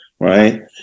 Right